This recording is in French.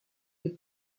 les